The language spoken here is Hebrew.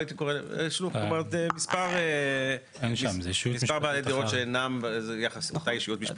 זאת אומרת מספר בעלי דירות שאינם אותה ישות משפטית.